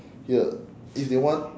ya if they want